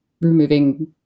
removing